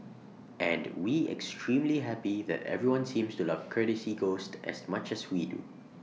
and we extremely happy that everyone seems to love courtesy ghost as much as we do